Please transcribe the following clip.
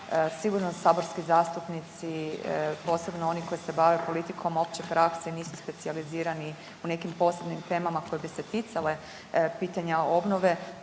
sigurno saborski zastupnici posebno oni koji se bave politikom opće prakse nisu specijalizirani u nekim posebnim temama koje bi se ticale pitanja obnove.